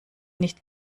nicht